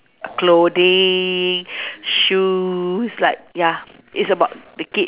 clothing shoes like ya it's about the kids